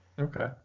Okay